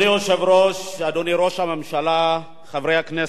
אדוני היושב-ראש, אדוני ראש הממשלה, חברי הכנסת,